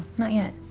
not yet.